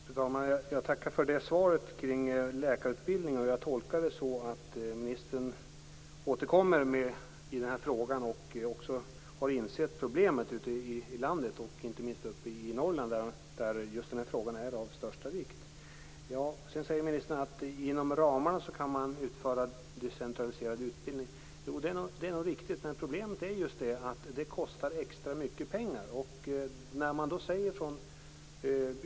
Fru talman! Jag tackar för svaret om läkarutbildningen. Jag tolkar det så att ministern återkommer i den här frågan och att han också har insett problemet ute i landet, inte minst uppe i Norrland där den här frågan är av största vikt. Sedan säger ministern att man inom ramarna kan utföra decentraliserad utbildning. Det är nog riktigt, men problemet är just att det kostar extra mycket pengar.